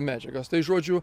medžiagas tai žodžiu